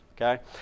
okay